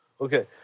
Okay